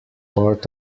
part